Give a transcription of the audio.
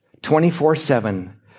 24-7